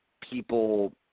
people